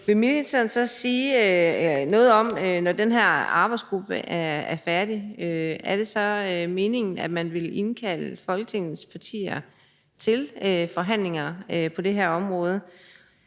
om, om det så er meningen, når den her arbejdsgruppe er færdig, at man vil indkalde Folketingets partier til forhandlinger på det her område?